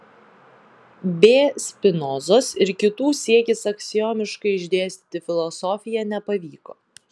b spinozos ir kitų siekis aksiomiškai išdėstyti filosofiją nepavyko